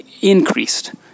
increased